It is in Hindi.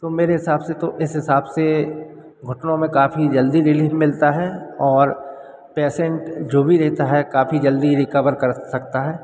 तो मेरे हिसाब से तो इस हिसाब से घुटनों में काफ़ी जल्दी रिलीफ मिलता है और पेसेन्ट जो भी रहता है काफ़ी जल्दी रिकवर कर सकता है